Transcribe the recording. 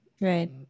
Right